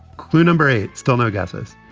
clue number eight. still no guesses.